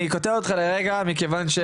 אני קוטע אותך לרגע מכיוון.